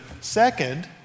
second